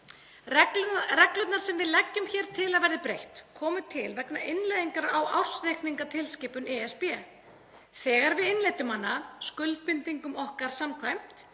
Reglurnar sem við leggjum hér til að verði breytt komu til vegna innleiðingar á ársreikningatilskipun ESB. Þegar við innleiddum hana, skuldbindingum okkar samkvæmt,